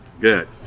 Good